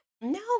No